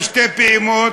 בשתי פעימות,